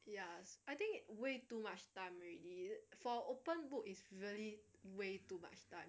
ya I think way too much time already for open book is really way too much time